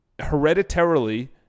hereditarily